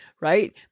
Right